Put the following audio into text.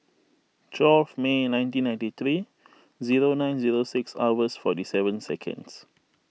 twelve May nineteen ninety three zero nine zero six hours forty seven seconds